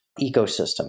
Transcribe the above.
ecosystem